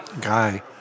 guy